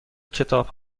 کتاب